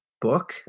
book